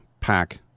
pack